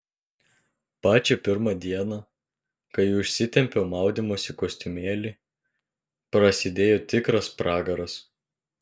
pačią pirmą dieną kai užsitempiau maudymosi kostiumėlį prasidėjo tikras pragaras